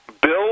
bill